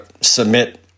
submit